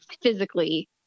physically